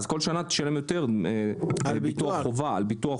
אז כל שנה תשלם יותר על ביטוח חובה.